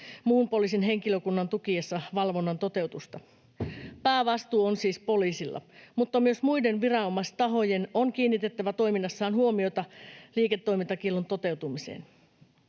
muun henkilökunnan tukiessa valvonnan toteutusta. Päävastuu on siis poliisilla, mutta myös muiden viranomaistahojen on kiinnitettävä toiminnassaan huomiota liiketoimintakiellon toteutumiseen.